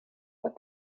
with